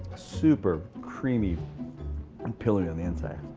super creamy and pillowy on the inside.